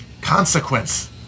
consequence